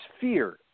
fear